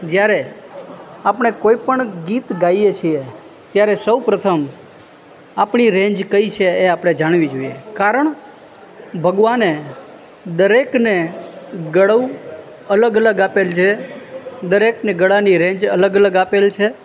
જ્યારે આપણે કોઈ પણ ગીત ગાઈએ છીએ ત્યારે સૌપ્રથમ આપણી રેન્જ કઈ છે એ આપણે જાણવી જોઈએ કારણ ભગવાને દરેકને ગળું અલગ અલગ આપેલ છે દરેકને ગળાની રેન્જ અલગ અલગ આપેલ છે